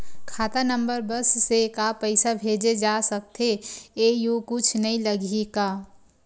खाता नंबर बस से का पईसा भेजे जा सकथे एयू कुछ नई लगही का?